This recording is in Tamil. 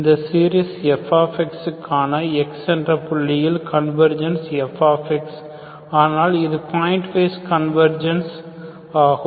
அந்த சீரிஸ் f காண x என்ற புள்ளியில் கன்வர்ஜென்ஸ் f ஆனால் இது பாயிண்ட் வைஸ் கன்வர்ஜென்ஸ் ஆகும்